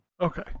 Okay